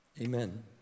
Amen